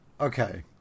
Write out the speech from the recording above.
Okay